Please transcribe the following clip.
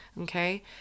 okay